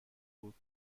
بود